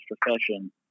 profession